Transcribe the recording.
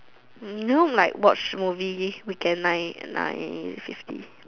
hmm you know like watch movie weekend nine nine fifty